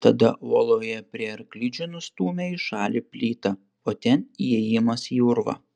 tada uoloje prie arklidžių nustūmė į šalį plytą o ten įėjimas į urvą